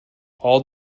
all